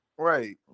Right